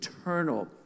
eternal